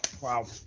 Wow